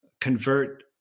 convert